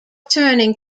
turning